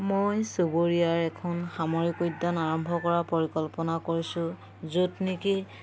মই চুবুৰীয়াৰ এখন সামৰিক উদ্যান আৰম্ভ কৰা পৰিকল্পনা কৰিছোঁ য'ত নেকি